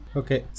okay